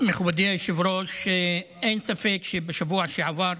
מכובדי היושב-ראש, אין ספק שבשבוע שעבר,